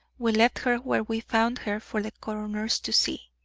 we left her where we found her for the coroner to see.